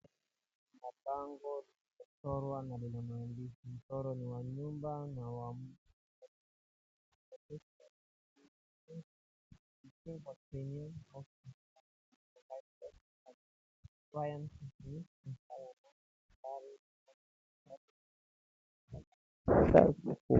Mabango limechorwa na lina maandishi. Mchoro ni wa nyumba na wa maandishi, PROTECT YOU DREAM HOME FOR 20 YEARS WITH SINGLE PREMIUM HOUSE INSURANCE . Na kuna nambari.